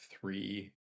three